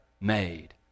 made